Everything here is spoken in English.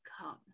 come